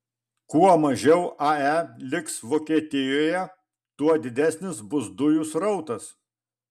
kuo mažiau ae liks vokietijoje tuo didesnis bus dujų srautas